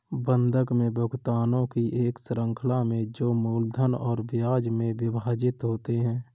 बंधक में भुगतानों की एक श्रृंखला में जो मूलधन और ब्याज में विभाजित होते है